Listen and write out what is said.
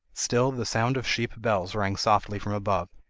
still the sound of sheep bells rang softly from above,